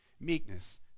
Meekness